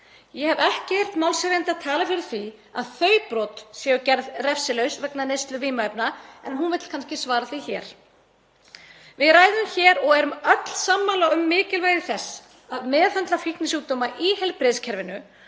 Ég hef ekki heyrt málshefjanda tala fyrir því að þau brot séu gerð refsilaus vegna neyslu vímuefna, en hún vill kannski svara því hér. Við ræðum hér og erum öll sammála um mikilvægi þess að meðhöndla fíknisjúkdóma í heilbrigðiskerfinu